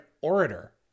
orator